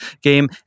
game